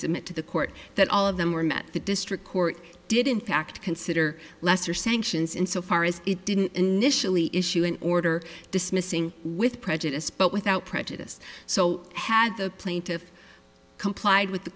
submit to the court that all of them were met the district court did in fact consider lesser sanctions insofar as it didn't initially issue an order dismissing with prejudice but without prejudice so had the plaintiff complied with the